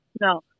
No